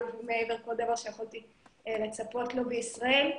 ומעבר כל דבר שיכולתי לצפות לו בישראל.